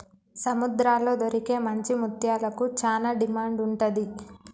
సముద్రాల్లో దొరికే మంచి ముత్యాలకు చానా డిమాండ్ ఉంటది